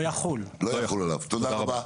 הלאה,